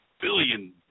billion